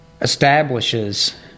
establishes